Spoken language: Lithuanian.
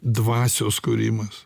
dvasios kūrimas